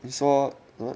你说 what